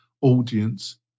audience